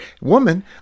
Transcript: Woman